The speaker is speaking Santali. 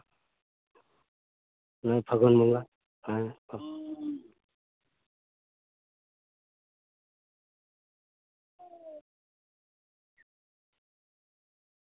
ᱱᱚᱜᱼᱚᱭ ᱯᱷᱟᱜᱩᱱ ᱵᱚᱸᱜᱟ ᱦᱮᱸ